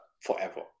forever